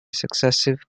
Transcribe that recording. successive